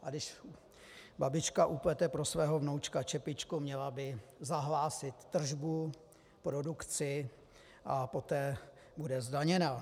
A když babička uplete pro svého vnoučka čepičku, měla by zahlásit tržbu, produkci a poté bude zdaněna.